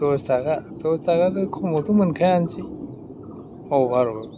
दस थाखा दस थाखानि खमावथ' मोनखायानोसै बावगारहर